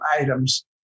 items